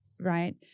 right